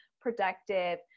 productive